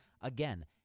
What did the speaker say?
Again